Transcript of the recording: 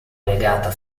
legata